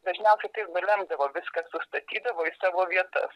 dažniausiai tai ir ba lemdavo viską sustatydavo į savo vietas